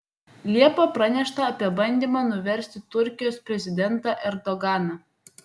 liepą pranešta apie bandymą nuversti turkijos prezidentą erdoganą